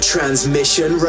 Transmission